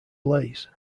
blaze